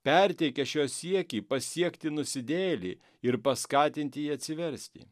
perteikė šio siekį pasiekti nusidėjėlį ir paskatint jį atsiversti